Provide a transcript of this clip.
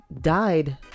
died